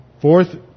Fourth